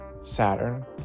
saturn